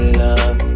love